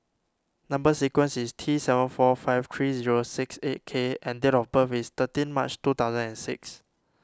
Number Sequence is T seven four five three zero six eight K and date of birth is thirteen March two thousand and six